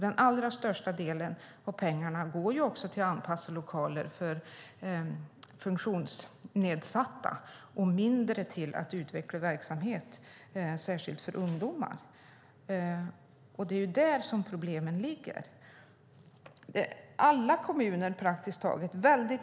Den allra största delen av pengarna går till att anpassa lokaler för funktionsnedsatta och en mindre del till att utveckla verksamhet särskilt för ungdomar. Det är där som problemen ligger.